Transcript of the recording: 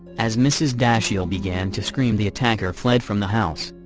as mrs. dashiell began to scream the attacker fled from the house.